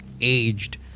aged